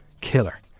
killer